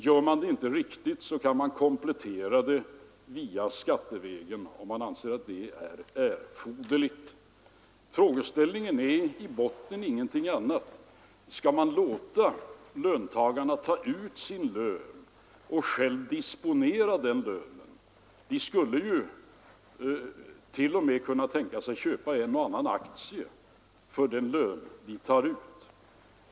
Gör man det inte riktigt, så kan man komplettera det skattevägen om man anser att detta är erforderligt. Frågeställningen är i botten ingenting annat än denna: Skall man låta löntagarna ta ut sin lön och själva disponera den lönen? De skulle ju t.o.m. kunna tänkas köpa en och annan aktie för den lön de tar ut.